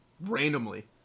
randomly